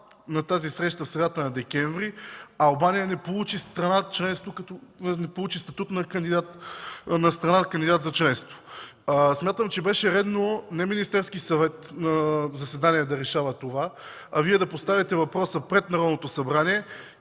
на тази среща в средата на месец декември Албания не получи статут на страна – кандидат за членство. Смятам, че беше редно не Министерският съвет на заседание да решава това, а Вие да поставите въпроса пред Народното събрание